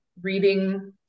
reading